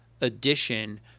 addition